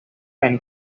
and